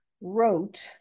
wrote